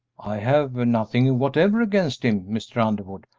i have nothing whatever against him, mr. underwood.